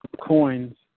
coins